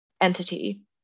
entity